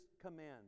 command